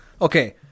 Okay